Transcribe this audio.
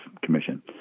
Commission